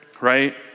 right